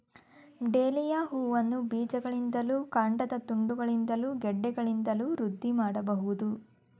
dahlia ಹೂವನ್ನ ಬೀಜಗಳಿಂದಲೂ ಕಾಂಡದ ತುಂಡುಗಳಿಂದಲೂ ಗೆಡ್ಡೆಗಳಿಂದಲೂ ವೃದ್ಧಿ ಮಾಡ್ಬಹುದು